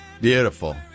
Beautiful